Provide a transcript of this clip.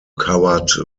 covered